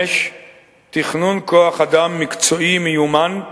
5. תכנון כוח-אדם מקצועי, מיומן,